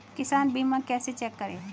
किसान बीमा कैसे चेक करें?